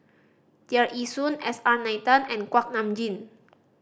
Tear Ee Soon S R Nathan and Kuak Nam Jin